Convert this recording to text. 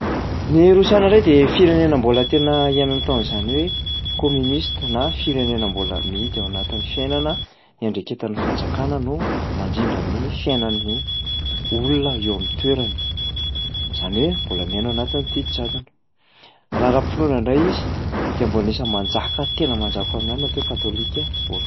Ny rosiana ndray de firenena mbola tena iaina ny atao an'zany hoe communiste na firenana mbola mihidy ao anatin'ny fiainana, iandreketan'ny fanjakana no mandrindra ny fiainan'ny olona eo amin'ny toerany, zany hoe mbola miaina ao anatin'ny didy jadona. Raha ara-pinoana ndray izy dia mbô anisany manjaka ary tena manjaka ao aminy ao ny atao hoe katôlika orthodoxe.